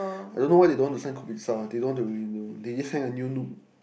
I don't know why they don't want sign they don't wanna renew they just sign a new noob